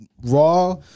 Raw